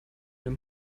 dem